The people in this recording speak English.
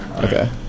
Okay